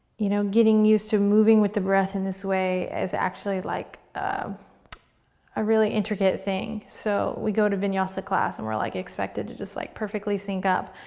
you know, getting used to moving with the breath in this way is actually like a a really intricate thing, so we go to vinyasa class and we're like expected to just like perfectly sync up.